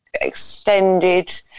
extended